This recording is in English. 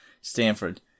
Stanford